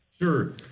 Sure